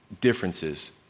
differences